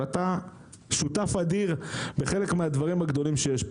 ואתה שותף אדיר בחלק מן הדברים הגדולים שיש בזה.